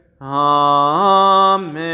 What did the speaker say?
Amen